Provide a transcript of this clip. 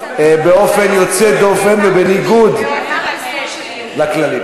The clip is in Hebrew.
באופן יוצא דופן ובניגוד לכללים.